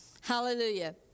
hallelujah